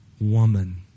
woman